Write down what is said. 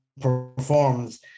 Performs